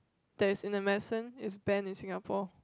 that is in the medicine is ban in Singapore